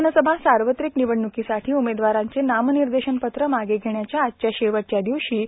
विधानसभा सार्वत्रिक निवडणूकीसाठी उमेदवारांचे नामनिर्देशनपत्र मागं घेण्याचा आज शेवटचा दिवस होता